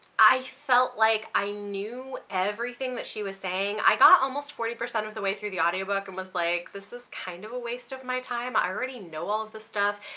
i felt like i knew everything that she was saying, i got almost forty percent of the way through the audiobook and was like, this is kind of a waste of my time. i already know all of this stuff,